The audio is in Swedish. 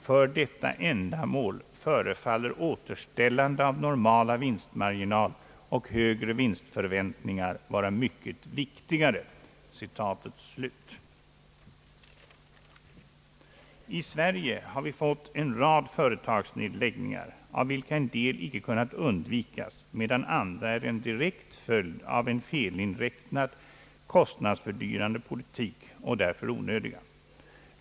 För detta ändamål förefaller återställande av normala vinstmarginaler och högre vinstförväntningar vara mycket viktigare.» I Sverige har vi fått en rad företagsnedläggningar av vilka en del inte kunnat undvikas medan andra är en direkt följd av en felinriktad kostnadsfördyrande politik och därför onödiga.